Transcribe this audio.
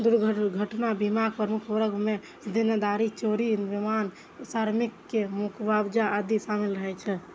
दुर्घटना बीमाक प्रमुख वर्ग मे देनदारी, चोरी, विमानन, श्रमिक के मुआवजा आदि शामिल रहै छै